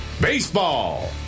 Baseball